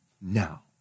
now